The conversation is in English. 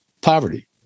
poverty